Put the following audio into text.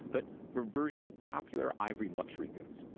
but for versions of popular ivory luxury goods.